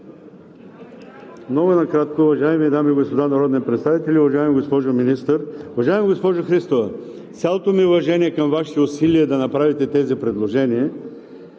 Много накратко, уважаеми дами и господа народни представители, уважаема госпожо Министър! Уважаема госпожо Христова, с цялото ми уважение към Вашите усилия да направите тези предложения,